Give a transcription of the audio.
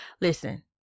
Listen